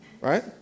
right